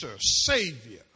Savior